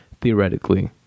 theoretically